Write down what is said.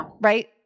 Right